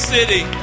City